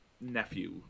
nephew